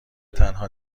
تنها